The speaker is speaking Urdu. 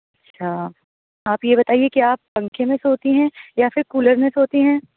اچھا آپ یہ بتائیے کہ آپ پنکھے میں سوتی ہیں یا پھر کولر میں سوتی ہیں